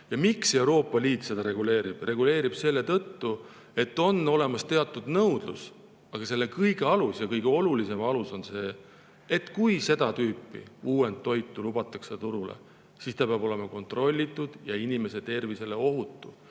Ja miks Euroopa Liit seda reguleerib? Reguleerib selle tõttu, et on olemas teatud nõudlus. Selle kõige alus – ja kõige olulisem alus – on see, et kui seda tüüpi uuendtoitu lubatakse turule, siis see peab olema kontrollitud ja inimese tervisele ohutu.